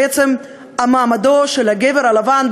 בעצם מעמדו של הגבר הלבן,